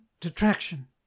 detraction